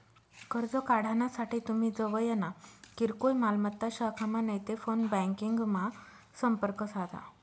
कर्ज काढानासाठे तुमी जवयना किरकोय मालमत्ता शाखामा नैते फोन ब्यांकिंगमा संपर्क साधा